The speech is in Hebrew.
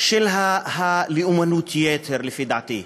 של לאומנות היתר, לפי דעתי.